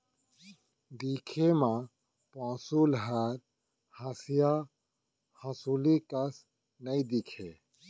दिखे म पौंसुल हर हँसिया हँसुली कस नइ दिखय